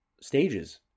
stages